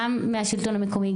גם מהשלטון המקומי,